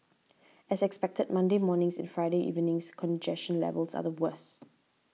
as expected Monday morning's and Friday's evening's congestion levels are the worse